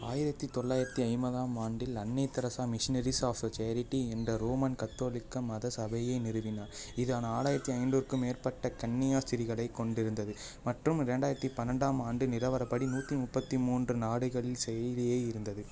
ஆயிரத்தி தொள்ளாயிரத்தி ஐம்பதாம் ஆண்டில் அன்னை தெரசா மிஷினரீஸ் ஆஃப் சேரிட்டி என்ற ரோமன் கத்தோலிக்க மத சபையை நிறுவினார் இது நாலாயிரத்தி ஐநூறுக்கும் மேற்பட்ட கன்னியாஸ்திரிகளைக் கொண்டிருந்தது மற்றும் இரண்டாயிரத்தி பன்னெண்டாம் ஆண்டு நிலவரப்படி நூற்றி முப்பத்தி மூன்று நாடுகளில் செயலிலேயே இருந்தது